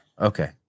Okay